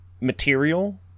material